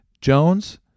Jones